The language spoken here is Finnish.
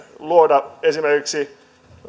luoda esimerkiksi